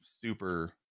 super